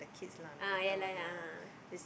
ah ya lah ah